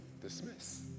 dismiss